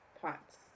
pots